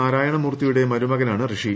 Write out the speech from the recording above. നാരായണമൂർത്തിയുടെ മരുമകനാണ് റിഷി